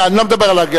אני לא מדבר על,